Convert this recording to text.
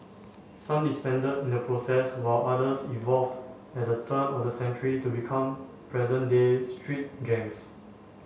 some disbanded in the process while others evolved at the turn of the century to become present day street gangs